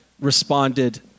responded